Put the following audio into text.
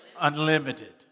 Unlimited